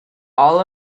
all